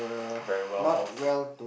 very well off